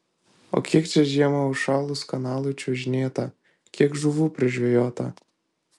o kiek čia žiemą užšalus kanalui čiuožinėta kiek žuvų prižvejota